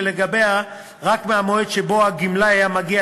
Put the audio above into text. שלגביה רק מהמועד שבו הגמלאי היה מגיע